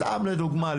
סתם לדוגמה,